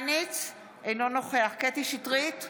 אינו נוכח קטי קטרין שטרית,